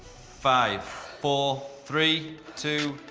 five, four, three, two,